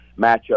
matchup